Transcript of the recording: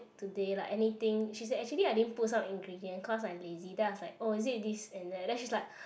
today like anything she said actually I didn't put some ingredient cause I lazy then I was like oh is it this and that then she's like